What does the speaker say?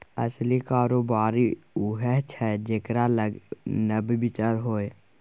असली कारोबारी उएह छै जेकरा लग नब विचार होए